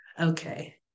okay